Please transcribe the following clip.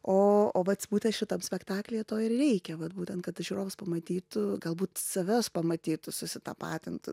o o vat būtent šitam spektaklyje to ir reikia vat būtent kad žiūrovas pamatytų galbūt save pamatytų susitapatintų